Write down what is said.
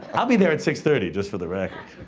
i'll be there at six thirty, just for the record.